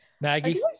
Maggie